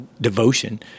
devotion